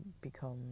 become